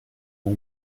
mon